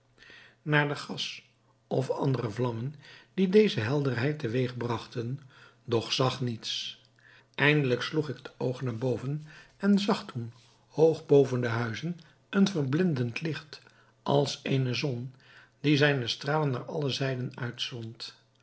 naar de gas of andere vlammen die deze helderheid teweeg brachten doch zag niets eindelijk sloeg ik het oog naar boven en zag toen hoog boven de huizen een verblindend licht als eene zon die zijne stralen naar alle zijden